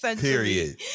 period